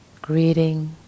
Greeting